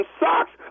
socks